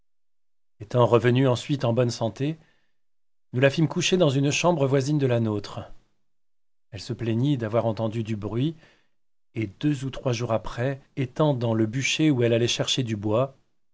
étant revenue ensuite en bonne santé nous la fîmes coucher dans une chambre voisine de la nôtre elle se plaignit d'avoir entendu du bruit et deux ou trois jours après étant dans le bûcher où elle allait chercher du bois